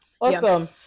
awesome